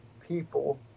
people